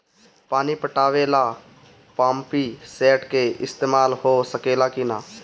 पानी पटावे ल पामपी सेट के ईसतमाल हो सकेला कि ना?